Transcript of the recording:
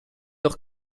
doch